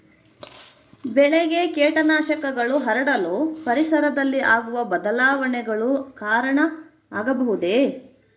ಬೆಳೆಗೆ ಕೇಟನಾಶಕಗಳು ಹರಡಲು ಪರಿಸರದಲ್ಲಿ ಆಗುವ ಬದಲಾವಣೆಗಳು ಕಾರಣ ಆಗಬಹುದೇ?